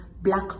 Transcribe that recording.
black